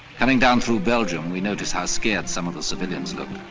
coming down through belgium, we noticed how scared some of the civilians looked.